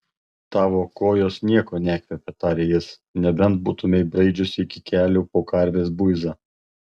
tavo kojos niekuo nekvepia tarė jis nebent būtumei braidžiusi iki kelių po karvės buizą